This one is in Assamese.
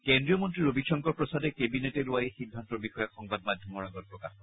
কেন্দ্ৰীয় মন্ত্ৰী ৰবিশংকৰ প্ৰসাদে কেবিনেটে লোৱা এই সিদ্ধান্তৰ বিষয়ে সংবাদ মাধ্যমৰ আগত প্ৰকাশ কৰে